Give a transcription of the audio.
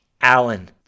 Allen